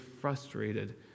frustrated